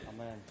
Amen